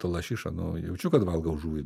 ta lašiša nu jaučiu kad valgau žuvį